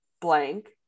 blank